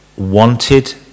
wanted